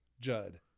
Judd